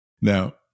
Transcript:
Now